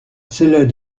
celles